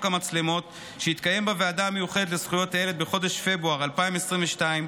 המצלמות שהתקיים בוועדה המיוחדת לזכויות הילד בחודש פברואר 2022,